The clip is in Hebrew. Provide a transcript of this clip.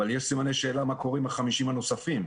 אבל יש סימנים מה קורה עם ה-%50 הנוספים.